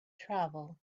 travel